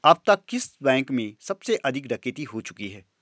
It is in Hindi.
अब तक किस बैंक में सबसे अधिक डकैती हो चुकी है?